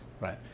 right